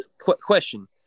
Question